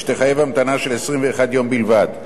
שתחייב המתנה של 21 יום בלבד.